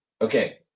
Okay